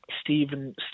Stephen